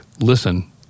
listen